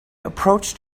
approached